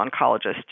oncologist